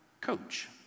coach